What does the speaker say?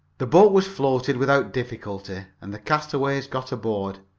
the boat was floated without difficulty, and the castaways got aboard.